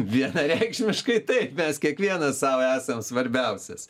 vienareikšmiškai taip mes kiekvienas sau esam svarbiausias